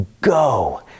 go